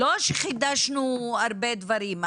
לא שחידשנו הרבה דברים,